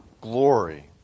glory